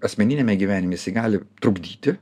asmeniniame gyvenime gali trukdyti